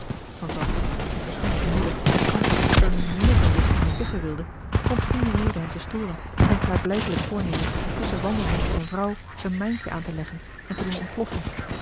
van zanten die terstond vermoedde dat kamper er nu meer van wist dan hij zeggen wilde vond geen reden hem te storen in zijn klaarblijkelijk voornemen tusschen wandelheem en zijn vrouw een mijntje aanteleggen en te doen ontploffen